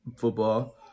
football